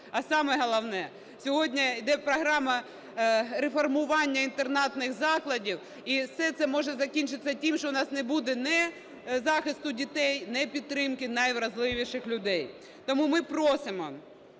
А саме головне, сьогодні йде програма реформування інтернатних закладів, і все може закінчитись тим, що у нас не буде ні захисту дітей, ні підтримки найуразливіших людей. Тому ми просимо